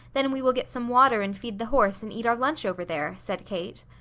then we will get some water and feed the horse and eat our lunch over there, said kate.